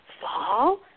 fall